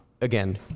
again